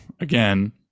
again